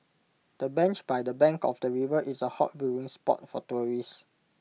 the bench by the bank of the river is A hot viewing spot for tourists